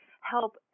help